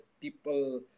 people